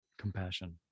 compassion